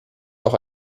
auch